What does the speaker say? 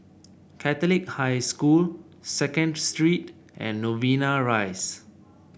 Catholic High School Second Street and Novena Rise